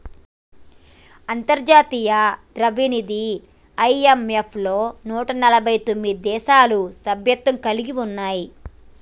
అంతర్జాతీయ ద్రవ్యనిధి ఐ.ఎం.ఎఫ్ లో నూట ఎనభై తొమ్మిది దేశాలు సభ్యత్వం కలిగి ఉన్నాయి